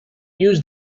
use